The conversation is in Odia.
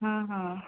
ହଁ ହଁ